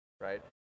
Right